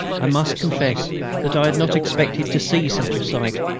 i must confess that i had not expected to see such a sight.